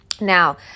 Now